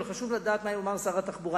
אבל חשוב לדעת מה יאמר שר התחבורה.